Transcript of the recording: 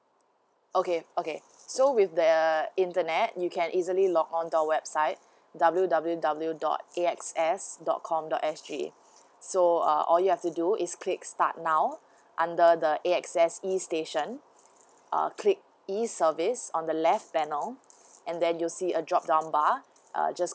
okay okay so with the internet you can easily log on to our website W W W dot A X S dot com dot S G so err all you have to do is click start now under the air access E station uh click E service on the left panel and then you see a job number uh just